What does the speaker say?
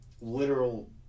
literal